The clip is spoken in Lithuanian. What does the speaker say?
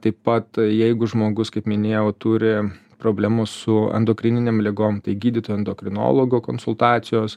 taip pat jeigu žmogus kaip minėjau turi problemų su endokrininėm ligom tai gydytojo endokrinologo konsultacijos